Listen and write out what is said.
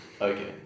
Okay